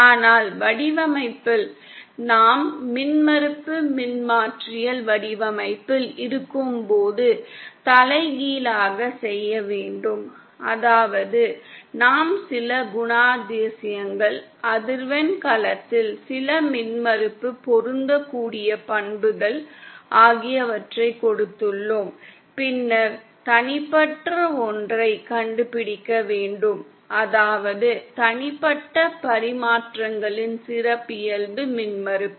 ஆனால் வடிவமைப்பில் நாம் மின்மறுப்பு மின்மாற்றியில் வடிவமைப்பில் இருக்கும்போது தலைகீழாக செய்ய வேண்டும் அதாவது நாம் சில குணாதிசயங்கள் அதிர்வெண் களத்தில் சில மின்மறுப்பு பொருந்தக்கூடிய பண்புகள் ஆகியவற்றைக் கொடுத்துள்ளோம் பின்னர் தனிப்பட்ட ஒன்றை கண்டுபிடிக்க வேண்டும் அதாவது தனிப்பட்ட பரிமாற்றங்களின் சிறப்பியல்பு மின்மறுப்பு